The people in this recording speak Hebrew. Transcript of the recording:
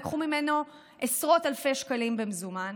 לקחו ממנו עשרות אלפי שקלים במזומן,